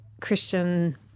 christian